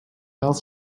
else